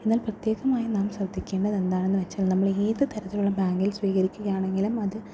എന്നാൽ പ്രതീകമായി നമ്മൾ ശ്രദ്ധിക്കേണ്ടത് എന്താണ് എന്ന് വെച്ചാൽ നമ്മൾ ഏത് തരത്തിലുള്ള ബാങ്കിൽ സ്വീകരിക്കുകയാണെങ്കിലും അത്